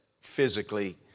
physically